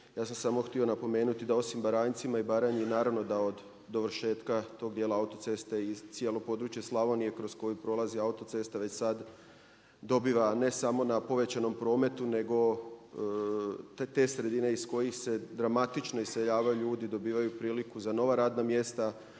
Ja sam samo htio napomenuti da osim Baranjcima i Baranji naravno da od dovršetka tog dijela autoceste i cijelo područje Slavonije kroz koju prolazi autocesta već sad dobiva ne samo na povećanom prometu, nego te sredine iz kojih se dramatično iseljavaju ljudi, dobivaju priliku za nova radna mjesta,